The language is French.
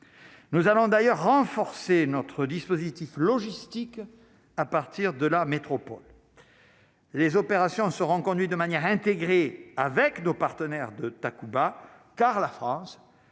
nous allons d'ailleurs renforcer notre dispositif logistique à partir de la métropole, les opérations seront conduites de manière intégrée avec nos partenaires de Takuba car la France